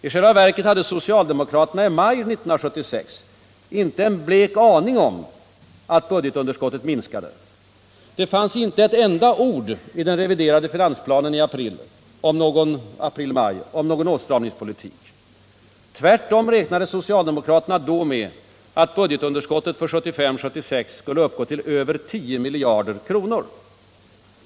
I själva verket hade socialdemokraterna i maj 1976 inte en blek aning om att budgetunderskottet minskade. Det fanns inte ett enda ord i den reviderade finansplanen i april-maj om någon åtstramningspolitik. Tvärtom räknade socialdemokraterna då med att budgetunderskottet för 1975/76 skulle uppgå till över 10 miljarder kronor.